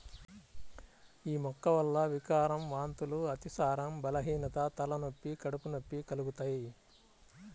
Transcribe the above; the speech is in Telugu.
యీ మొక్క వల్ల వికారం, వాంతులు, అతిసారం, బలహీనత, తలనొప్పి, కడుపు నొప్పి కలుగుతయ్